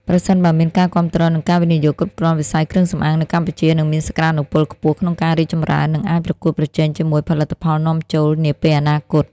ប្រសិនបើមានការគាំទ្រ និងការវិនិយោគគ្រប់គ្រាន់ វិស័យគ្រឿងសម្អាងនៅកម្ពុជានឹងមានសក្ដានុពលខ្ពស់ក្នុងការរីកចម្រើន និងអាចប្រកួតប្រជែងជាមួយផលិតផលនាំចូលនាពេលអនាគត។